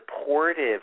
supportive